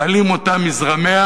תלאים אותה מזרמיה,